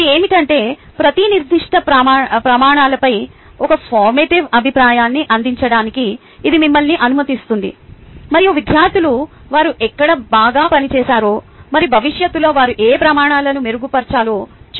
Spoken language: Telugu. ఇది ఏమిటంటే ప్రతి నిర్దిష్ట ప్రమాణాలపై ఒక ఫోర్మాటివ్ అభిప్రాయాన్ని అందించడానికి ఇది మిమ్మల్ని అనుమతిస్తుంది మరియు విద్యార్థులు వారు ఎక్కడ బాగా పనిచేశారో మరియు భవిష్యత్తులో వారు ఏ ప్రమాణాలను మెరుగుపర్చాలో చూడాలి